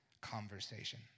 conversation